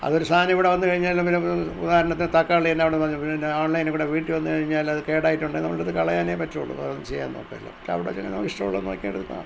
അത് ഒരു സാധനം ഇവിടെ വന്നുകഴിഞ്ഞാൽ പിന്നെ ഉദാഹരണത്തിന് തക്കാളി തന്നെ അവിടെ നിന്ന് പിന്നെ ഓൺലൈനിൽ കൂടെ വീട്ടിൽ വന്നുകഴിഞ്ഞാല് അത് കേടായിട്ടുണ്ടെൽ നമ്മളെടുത്ത് കളയാനെ പറ്റുള്ളൂ അതൊന്നും ചെയ്യാൻ പറ്റില്ല അവിടെ ചെന്ന് ഇഷ്ടമുള്ളത് നോക്കിയെടുക്കാം